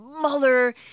Mueller